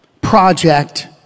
project